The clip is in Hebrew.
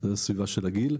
זו הסביבה של הגיל.